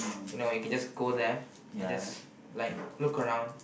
you you can just go there and just look around